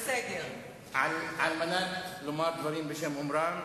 לא מתנהל כאן דיון.